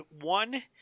one